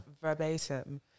verbatim